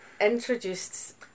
introduced